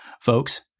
Folks